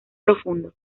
profundo